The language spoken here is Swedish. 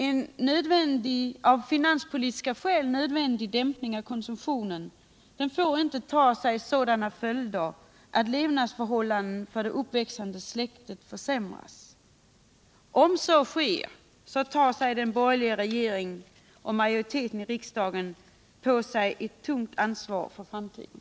En av finanspolitiska skäl nödvändig dämpning av konsumtionen får inte ta sig sådana former att levnadsförhållandena för det uppväxande släktet försämras. Om så sker tar den borgerliga regeringen och majoriteten på sig ett tungt ansvar för framtiden.